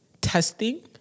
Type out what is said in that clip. testing